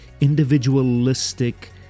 individualistic